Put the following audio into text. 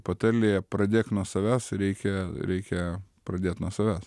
patarlėje pradėk nuo savęs reikia reikia pradėt nuo savęs